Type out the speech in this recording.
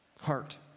Heart